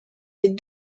des